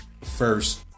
first